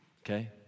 okay